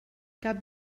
cap